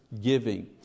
giving